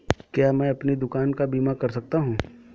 क्या मैं अपनी दुकान का बीमा कर सकता हूँ?